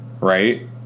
right